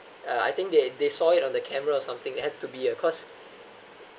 uh I think they they saw it on the camera or something it has to be ah cause